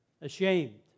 ashamed